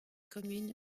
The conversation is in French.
communes